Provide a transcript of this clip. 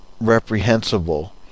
reprehensible